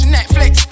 Netflix